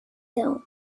ill